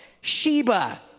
Sheba